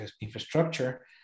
infrastructure